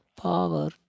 power